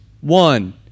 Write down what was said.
One